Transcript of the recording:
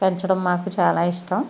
పెంచడం మాకు చాలా ఇష్టం